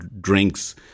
drinks